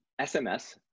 SMS